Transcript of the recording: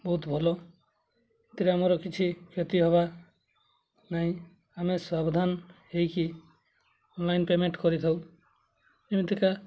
ବହୁତ ଭଲ ଏଥିରେ ଆମର କିଛି କ୍ଷତି ହବା ନାଇଁ ଆମେ ସାବଧାନ ହେଇକି ଅନଲାଇନ୍ ପେମେଣ୍ଟ୍ କରିଥାଉ ଯେମିତିକା